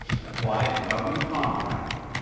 and apply it to government contracting,